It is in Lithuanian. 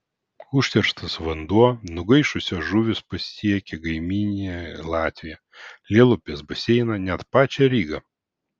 užterštas vanduo nugaišusios žuvys pasiekė kaimyninę latviją lielupės baseiną net pačią rygą